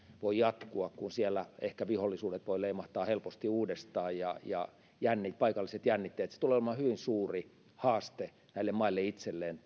voi jatkua kun siellä ehkä vihollisuudet voivat leimahtaa helposti uudestaan ja ja paikalliset jännitteet tulee olemaan hyvin suuri haaste näille maille itselleen